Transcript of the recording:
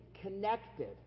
connected